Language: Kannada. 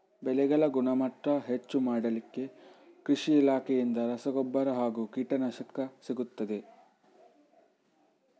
ಬೆಳೆಗಳ ಗುಣಮಟ್ಟ ಹೆಚ್ಚು ಮಾಡಲಿಕ್ಕೆ ಕೃಷಿ ಇಲಾಖೆಯಿಂದ ರಸಗೊಬ್ಬರ ಹಾಗೂ ಕೀಟನಾಶಕ ಸಿಗುತ್ತದಾ?